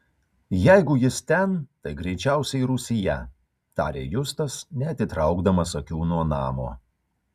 jeigu jis ten tai greičiausiai rūsyje tarė justas neatitraukdamas akių nuo namo